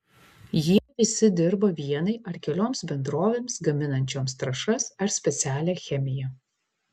jie visi dirba vienai ar kelioms bendrovėms gaminančioms trąšas ar specialią chemiją